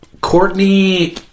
Courtney